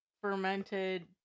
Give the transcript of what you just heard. fermented